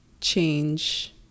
change